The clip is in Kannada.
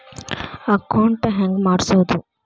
ಅಕೌಂಟ್ ಹೆಂಗ್ ಮಾಡ್ಸೋದು?